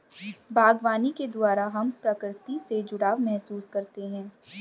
बागवानी के द्वारा हम प्रकृति से जुड़ाव महसूस करते हैं